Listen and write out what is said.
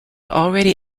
already